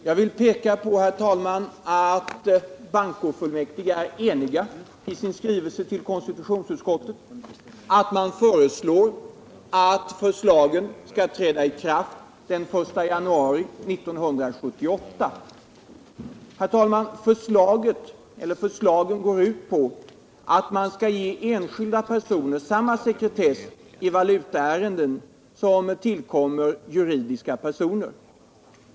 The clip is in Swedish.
Jag vill peka på, herr talman, att bankofullmäktige står eniga bakom den skrivelse till konstitutionsutskottet i vilken det hemställes att förslagen skall träda i kraft den 1 januari 1978. Bankofullmäktige anser att enskilda personer skall ha samma sekretesskydd i valutaärenden som juridiska personer.